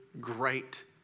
great